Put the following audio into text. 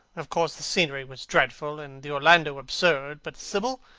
of course, the scenery was dreadful and the orlando absurd. but sibyl!